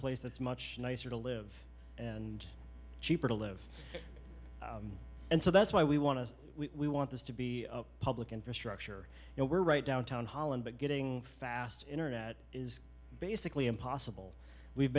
place that's much nicer to live and cheaper to live and so that's why we want to we want this to be a public infrastructure and we're right downtown holland but getting fast internet is basically impossible we've